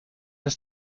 ist